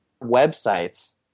websites